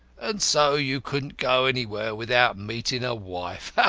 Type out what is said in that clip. and so you couldn't go anywhere without meeting a wife!